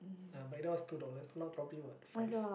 ya back then was two dollars now probably what five